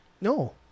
No